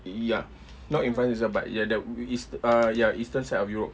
ya not in france itself but ya the it is uh ya eastern side of europe